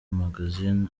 magazine